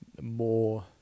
more